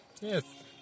yes